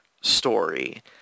story